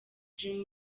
dream